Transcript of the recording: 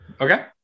Okay